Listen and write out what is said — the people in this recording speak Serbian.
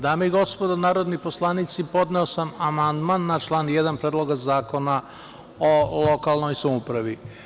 Dame i gospodo narodni poslanici, podneo sam amandman na član 1. Predloga zakona o lokalnoj samoupravi.